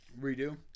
redo